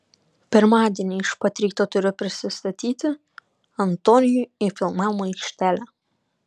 pirmadienį iš pat ryto turiu prisistatyti antonijui į filmavimo aikštelę